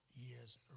years